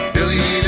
Billy